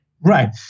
Right